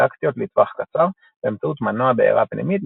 טקטיות לטווח קצר באמצעות מנוע בעירה פנימית,